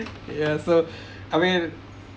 ya so I mean